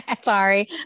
sorry